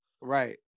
Right